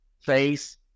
face